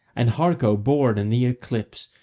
and harco born in the eclipse,